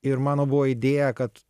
ir mano buvo idėja kad